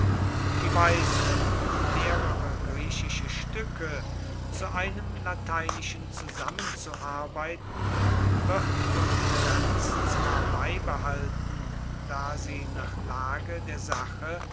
die weise mehrere griechische stücke zu einem lateinischen zusammenzuarbeiten wird von terenz zwar beibehalten da sie nach lage der sache